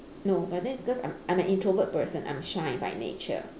no but then because I'm I'm an introvert person I'm shy by nature